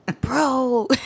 bro